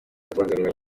kubangamira